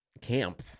camp